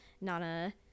nana